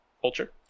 Culture